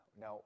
now